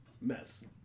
Mess